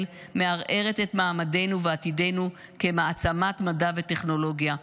מערערת את מעמדנו ועתידנו כמעצמת מדע וטכנולוגיה,